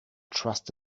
trust